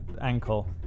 ankle